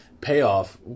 payoff